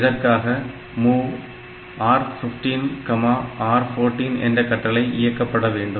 இதற்காக MOV R 15 R 14 என்ற கட்டளை இயக்கப்பட வேண்டும்